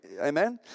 Amen